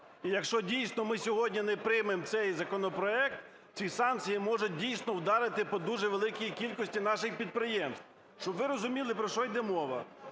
І якщо дійсно ми сьогодні не приймемо цей законопроект, ці санкції можуть дійсно вдарити по дуже великій кількості наших підприємств. Щоб ви розуміли, про що йде мова.